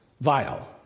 vile